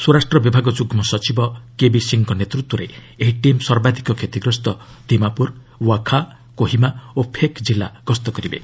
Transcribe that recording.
ସ୍ୱରାଷ୍ଟ୍ର ବିଭାଗ ଯୁଗ୍କ ସଚିବ କେବି ସିଂଙ୍କ ନେତୃତ୍ୱରେ ଏହି ଟିମ୍ ସର୍ବାଧକ କ୍ଷତିଗ୍ରସ୍ତ ଦିମାପ୍ରର ଓ୍ୱଖା କୋହିମା ଓ ଫେକ ଜିଲ୍ଲା ଗସ୍ତ କରିବେ